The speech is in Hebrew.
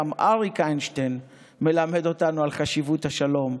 גם אריק איינשטיין מלמד אותנו על חשיבות השלום.